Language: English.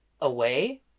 away